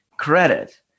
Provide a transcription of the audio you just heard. Credit